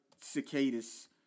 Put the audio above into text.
cicadas